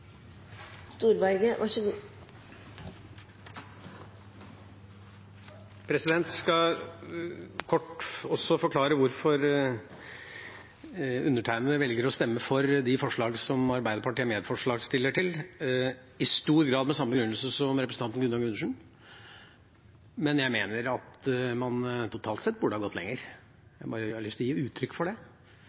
skal også kort forklare hvorfor jeg velger å stemme for de forslag som Arbeiderpartiet er medforslagsstiller til – i stor grad med samme begrunnelse som representanten Gunnar Gundersen, men jeg mener at man totalt sett burde ha gått lenger. Jeg har bare lyst til å gi uttrykk for det.